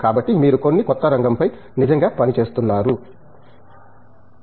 కాబట్టి మీరు కొన్ని కొత్త రంగంపై నిజంగా పని చేస్తున్నారు